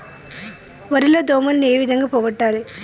వరి లో దోమలని ఏ విధంగా పోగొట్టాలి?